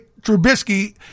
Trubisky